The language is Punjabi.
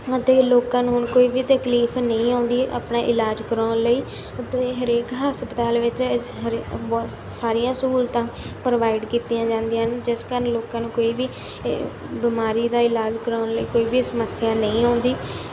ਅਤੇ ਲੋਕਾਂ ਨੂੰ ਹੁਣ ਕੋਈ ਵੀ ਤਕਲੀਫ਼ ਨਹੀਂ ਆਉਂਦੀ ਆਪਣਾ ਇਲਾਜ ਕਰਾਉਣ ਲਈ ਅਤੇ ਹਰੇਕ ਹਸਪਤਾਲ ਵਿੱਚ ਹਰੇ ਅਚ ਬਹੁਤ ਸਾਰੀਆਂ ਸਹੂਲਤਾਂ ਪ੍ਰੋਵਾਈਡ ਕੀਤੀਆਂ ਜਾਂਦੀਆਂ ਨੇ ਜਿਸ ਕਾਰਨ ਲੋਕਾਂ ਨੂੰ ਕੋਈ ਵੀ ਬਿਮਾਰੀ ਦਾ ਇਲਾਜ ਕਰਾਉਣ ਲਈ ਕੋਈ ਵੀ ਸਮੱਸਿਆ ਨਹੀਂ ਆਉਂਦੀ